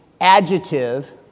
adjective